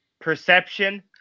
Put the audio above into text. perception